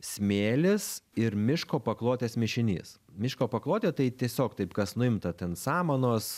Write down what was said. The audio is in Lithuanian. smėlis ir miško paklotės mišinys miško paklotė tai tiesiog taip kas nuimta ten samanos